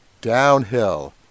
downhill